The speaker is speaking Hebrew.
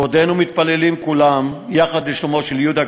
בעודנו מתפללים כולם יחד לשלומו של יהודה גליק,